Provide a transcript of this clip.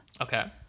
Okay